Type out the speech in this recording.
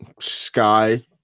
sky